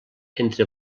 entre